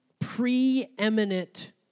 preeminent